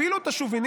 אפילו את השוביניזם,